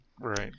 Right